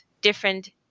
different